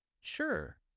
Sure